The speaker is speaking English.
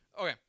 okay